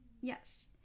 yes